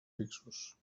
fixos